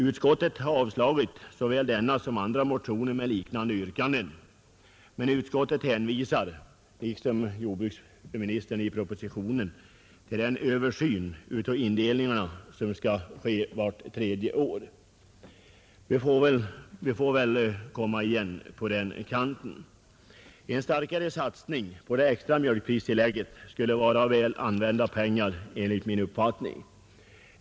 Utskottet har avstyrkt såväl denna som andra motioner med liknande yrkanden, men utskottet hänvisar — liksom jordbruksministern i propositionen — till den översyn av indelningen som skall ske vart tredje år. Vi får väl komma igen på den kanten. En starkare satsning på det extra mjölkpristillägget skulle enligt min uppfattning vara väl använda pengar.